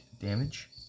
damage